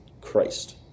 Christ